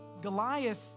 Goliath